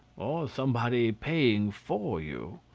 somebody paying for you.